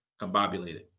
combobulated